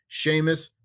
Seamus